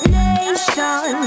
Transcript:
nation